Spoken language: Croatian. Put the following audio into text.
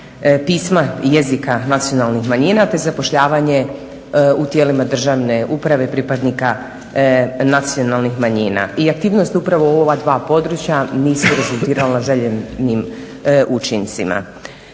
pisma i jezika nacionalnih manjina te zapošljavanje u tijelima državne uprave pripadnika nacionalnih manjina. I aktivnosti upravo u ova dva područja nisu rezultirale željenim učincima.